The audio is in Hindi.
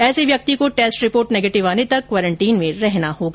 ऐसे व्यक्ति को टेस्ट रिपोर्ट नेगेटिव आने तक क्वारंटाइन में रहना होगा